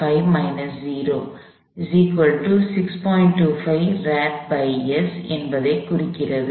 25 rads என்பதை குறிக்கிறது